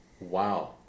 wow